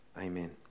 amen